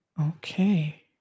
Okay